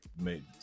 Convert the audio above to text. made